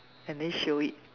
and then show it